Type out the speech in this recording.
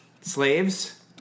slaves